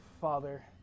father